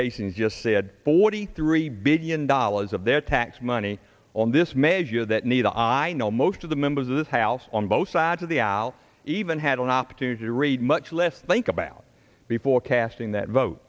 n just said forty three billion dollars of their tax money on this measure that need i know most of the members of this house on both sides of the out even had an opportunity to read much less think about before casting that vote